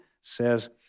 says